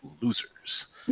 Losers